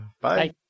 Bye